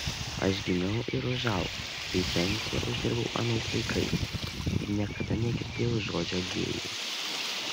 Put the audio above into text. aš gimiau ir užaugau bei pensiją užsidirbau anais laikais ir niekada negirdėjau žodžio gėjus